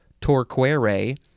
torquere